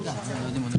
למשל.